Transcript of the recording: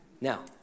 Now